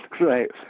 right